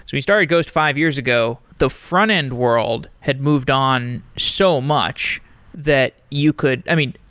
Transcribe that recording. so you started ghost five years ago, the front-end world had moved on so much that you could i mean,